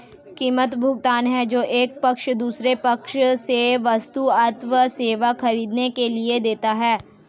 कीमत, भुगतान है जो एक पक्ष दूसरे पक्ष से वस्तु अथवा सेवा ख़रीदने के लिए देता है